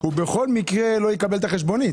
הוא בכל מקרה לא יקבל את החשבונית.